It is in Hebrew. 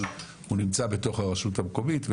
אבל הוא נמצא בתוך הרשות המקומית,